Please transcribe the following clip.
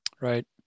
Right